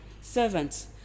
servants